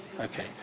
Okay